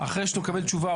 אחרי שהוא מקבל תשובה,